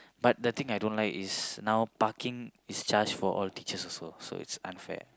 but the thing I don't like is now parking is charged for all teachers also so it's unfair